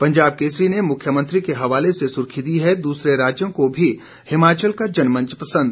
पंजाब केसरी ने मुख्यमंत्री के हवाले से सुर्खी दी है दूसरे राज्यों को भी हिमाचल का जनमंच पसंद